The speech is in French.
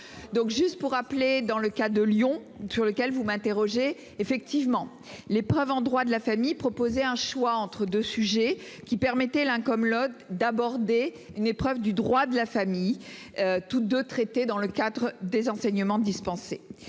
Donc juste pour appeler dans le cas de Lyon, sur lequel vous m'interrogez effectivement les preuves en droit de la famille proposer un choix entre 2 sujets qui permettait l'un comme l'autre d'aborder une épreuve du droit de la famille. Toutes 2 traitée dans le cadre des enseignements dispensés